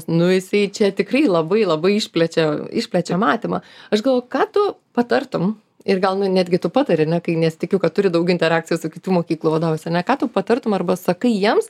nu jisai čia tikrai labai labai išplečia išplečia matymą aš galvoju ką tu patartum ir gal nu netgi tu patari ane kai nes tikiu kad turi daug interakcijos su kitų mokyklų vadovais ar ne ką tu patartum arba sakai jiems